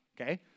okay